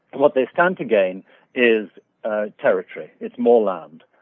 what they stand to gain is territory, it's more land.